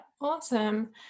Awesome